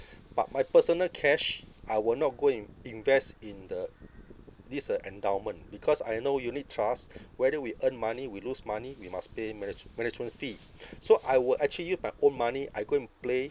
but my personal cash I will not go and invest in the this uh endowment because I know unit trust whether we earn money we lose money we must pay manage~ management fee so I will actually use my own money I go and play